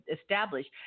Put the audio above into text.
established